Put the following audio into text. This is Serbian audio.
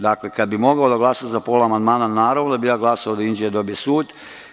Dakle, kada bi mogao da glasam za pola amandmana, naravno da bih dao glas da Inđija dobije sud.